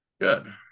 good